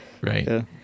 right